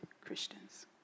Christians